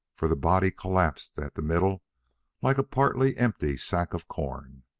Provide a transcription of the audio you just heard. for the body collapsed at the middle like a part-empty sack of corn.